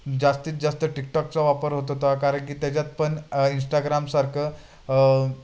जास्तीत जास्त टिकटॉकचा वापर होत होता कारण की त्याच्यात पण इंस्टाग्रामसारखं